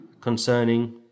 concerning